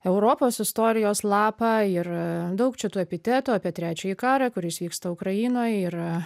europos istorijos lapą ir daug čia tų epitetų apie trečiąjį karą kuris vyksta ukrainoj ir